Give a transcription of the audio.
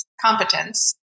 competence